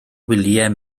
wyliau